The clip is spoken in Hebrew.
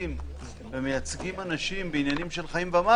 יוצאים ומייצגים אנשים בעניינים של חיים ומוות,